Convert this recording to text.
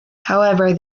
however